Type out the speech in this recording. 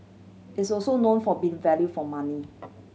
it's also known for being value for money